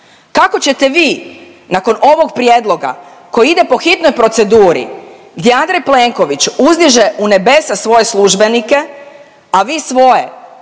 Kako ćete vi nakon ovog prijedloga koji ide po hitnoj proceduri gdje Andrej Plenković uzdiže u nebesa svoje službenike, a vi svoje